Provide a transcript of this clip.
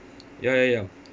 ya ya ya